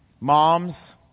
Moms